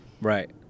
right